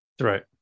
Right